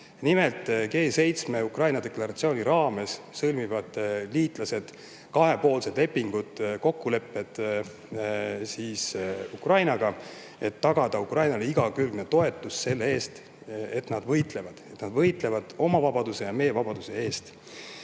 Nimelt, G7 Ukraina deklaratsiooni raames sõlmivad liitlased kahepoolsed lepingud, kokkulepped Ukrainaga, et tagada Ukrainale igakülgne toetus selle eest, et nad võitlevad. Et nad võitlevad oma vabaduse ja meie vabaduse eest.